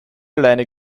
alleine